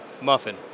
Muffin